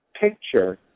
picture